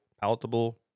palatable